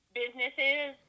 businesses